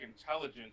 intelligence